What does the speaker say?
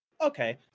Okay